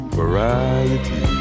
variety